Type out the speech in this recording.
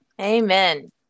Amen